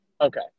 Okay